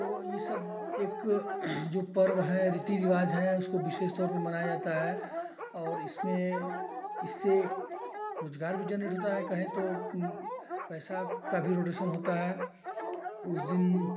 तो ये सब एक जो पर्व है रीति रिवाज है उसको विशेष तौर पे मनाया जाता है और इसमें इससे रोजगार भी जेनरेट होता है कहें तो पैसा का भी रोटेशन होता है उस दिन